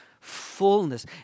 fullness